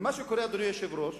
מה שקורה, אדוני היושב-ראש,